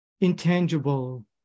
intangible